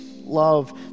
love